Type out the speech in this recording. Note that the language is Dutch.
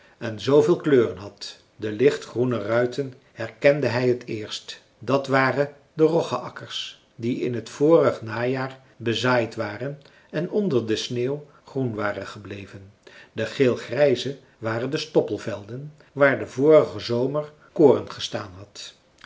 en zoo veel kleuren had de lichtgroene ruiten herkende hij het eerst dat waren de roggeakkers die in het vorige najaar bezaaid waren en onder de sneeuw groen waren gebleven de geelgrijze waren de stoppelvelden waar den vorigen zomer koren gestaan had